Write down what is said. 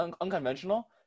unconventional